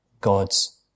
God's